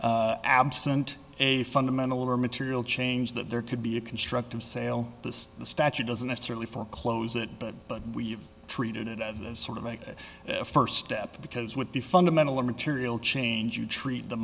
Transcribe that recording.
that absent a fundamental or material change that there could be a constructive sale this statute doesn't necessarily foreclose it but we've treated it as sort of a first step because with the fundamental material change you treat the